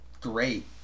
great